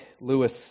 Lewis